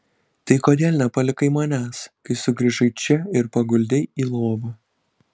tai kodėl nepalikai manęs kai sugrįžai čia ir paguldei į lovą